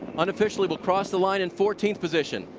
unofficially will cross the line in fourteenth position.